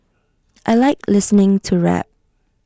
I Like listening to rap